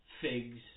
figs